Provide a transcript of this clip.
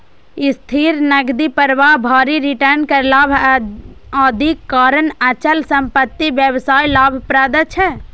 स्थिर नकदी प्रवाह, भारी रिटर्न, कर लाभ, आदिक कारण अचल संपत्ति व्यवसाय लाभप्रद छै